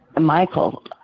Michael